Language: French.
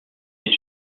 est